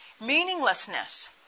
meaninglessness